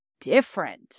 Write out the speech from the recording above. different